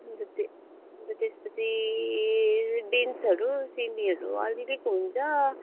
अन्त ते अन्त त्यसपछि बिन्सहरू सिमीहरू अलिअलि हुन्छ